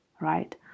right